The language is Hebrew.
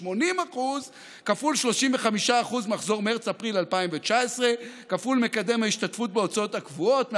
80% כפול 35% מחזור מרץ-אפריל 2019 כפול מקדם השתתפות בהוצאות הקבועות,